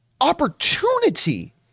opportunity